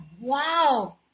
wow